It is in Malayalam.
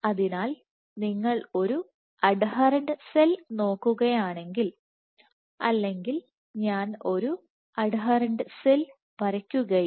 അതിനാൽ നിങ്ങൾ ഒരു അഡ്ഹെറന്റ്സെൽ നോക്കുകയാണെങ്കിൽ അല്ലെങ്കിൽ ഞാൻ ഒരു അഡ്ഹെറന്റ്സെൽ വരയ്ക്കുകയും